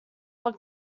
were